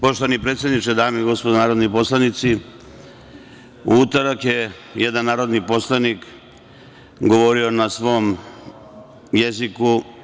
Poštovani predsedniče, dame i gospodo narodni poslanici, u utorak je jedan narodni poslanik govorio na svom jeziku.